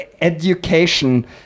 education